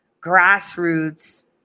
grassroots